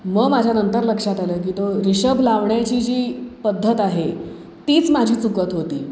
मग माझ्यानंतर लक्षात आलं की तो रिषभ लावण्याची जी पद्धत आहे तीच माझी चुकत होती